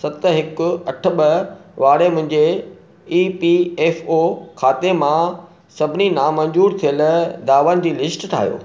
सत हिकु अठ ॿ वारे मुंहिंजे ई पी एफ ओ खाते मां सभिनी नामंज़ूर थियलु दावनि जी लिस्ट ठाहियो